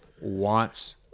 wants